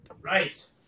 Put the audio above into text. Right